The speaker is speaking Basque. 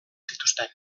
zituzten